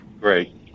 Great